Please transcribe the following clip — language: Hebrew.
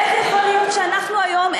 איך יכול להיות שאנחנו היום,